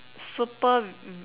super v~ v~